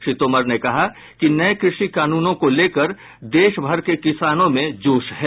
श्री तोमर ने कहा कि नए कृषि कानूनों को लेकर देशभर के किसानों में जोश है